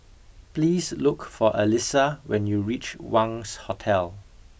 please look for Alissa when you reach Wangz Hotel